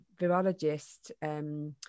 virologist